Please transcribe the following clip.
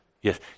Yes